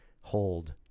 hold